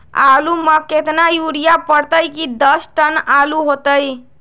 आलु म केतना यूरिया परतई की दस टन आलु होतई?